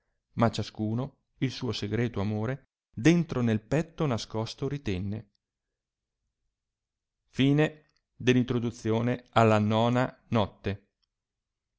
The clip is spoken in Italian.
ma ciascuno il suo sesjreto amore dentro nel petto nascosto ritenne indi la